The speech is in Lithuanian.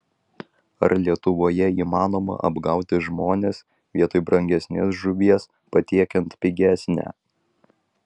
ar lietuvoje įmanoma apgauti žmones vietoj brangesnės žuvies patiekiant pigesnę